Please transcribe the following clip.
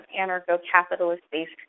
anarcho-capitalist-based